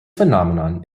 phenomenon